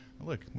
Look